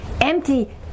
empty